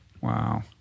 Wow